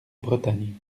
bretagne